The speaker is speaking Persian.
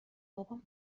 بابام